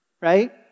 right